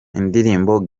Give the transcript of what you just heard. indirimbo